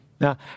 Now